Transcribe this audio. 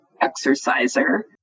exerciser